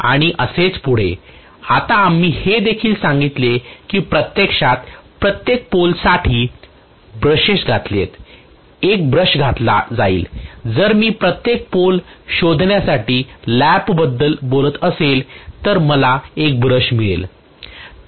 आणि असेच पुढे आता आम्ही हे देखील सांगितले की प्रत्यक्षात प्रत्येक पोल साठी ब्रशेस घातले आहेतएक ब्रश घातला जाईल जर मी प्रत्येक पोल शोधण्यासाठी लॅप बद्दल बोलत असेल तर मला एक ब्रश मिळेल